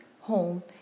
home